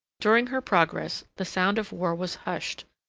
during her progress the sound of war was hushed,